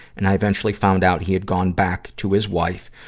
and i eventually found out he had gone back to his wife,